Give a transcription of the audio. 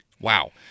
Wow